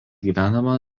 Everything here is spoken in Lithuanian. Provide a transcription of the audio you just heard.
gyvenama